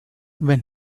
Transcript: when